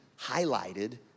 highlighted